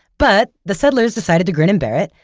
but the settlers decided to grin and bear it,